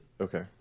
Okay